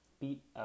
beat